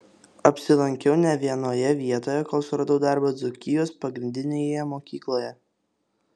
apsilankiau ne vienoje vietoje kol suradau darbą dzūkijos pagrindinėje mokykloje